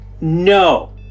No